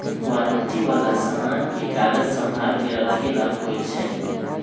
warranty वाला समान के कागज संभाल के रखे ला होई छई